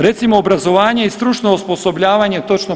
Recimo obrazovanje i stručno osposobljavanje točno 50%